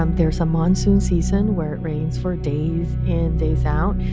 um there is a monsoon season where it rains for days in, days out.